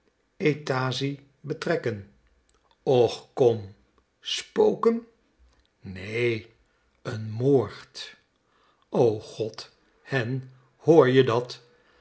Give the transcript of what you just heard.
etaazie betrekken och kom spoken nee n moord o god hen hoor je dat